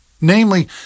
namely